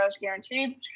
guaranteed